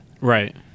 Right